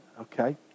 Okay